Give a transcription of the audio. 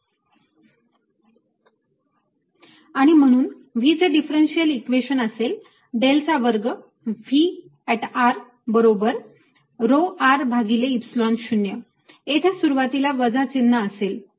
V x∂xy∂yz∂zx∂V∂xy∂V∂yz∂V∂z 2Vx22Vy22Vz2 आणि म्हणून V चे डिफरंशिअल इक्वेशन असेल डेल चा वर्ग V बरोबर rho r भागिले epsilon 0 येथे सुरुवातीला वजा चिन्ह असेल